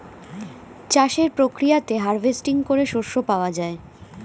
চাষের প্রক্রিয়াতে হার্ভেস্টিং করে শস্য পাওয়া যায়